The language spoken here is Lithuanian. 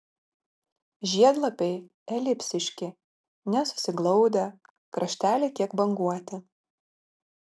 žiedlapiai elipsiški nesusiglaudę krašteliai kiek banguoti